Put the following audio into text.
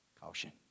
Caution